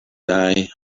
die